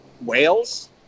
whales